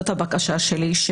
זאת הבקשה שלי,